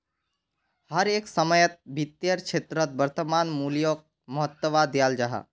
हर एक समयेत वित्तेर क्षेत्रोत वर्तमान मूल्योक महत्वा दियाल जाहा